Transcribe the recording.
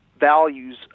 values